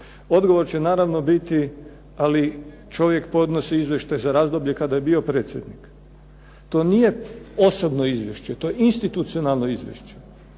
Odgovor će naravno biti, ali čovjek podnosi izvještaj za razdoblje kada je bio predsjednik. To nije osobno izvješće, to je institucionalno izvješće